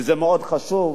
וזה מאוד חשוב.